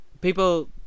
people